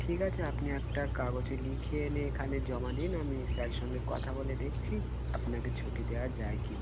ঠিক আছে আপনি একটা কাগজে লিখে এনে এখানে জমা দিন আমি স্যারের সঙ্গে কথা বলে দেখছি আপনাকে ছুটি দেওয়া যায় কি না